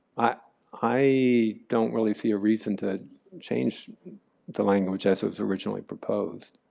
ah i don't really see a reason to change the language as it was originally proposed.